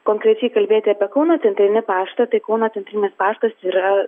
konkrečiai kalbėti apie kauno centrinį paštą tai kauno centrinis paštas yra